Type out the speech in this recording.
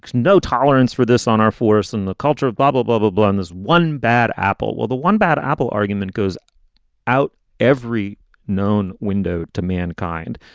no tolerance for this on our force and the culture of bubble bubble blunder is one bad apple or the one bad apple argument goes out every known window to mankind.